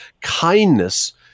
kindness